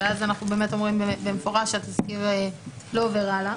אז אנחנו באמת אומרים במפורש שהתסקיר לא עובר הלאה.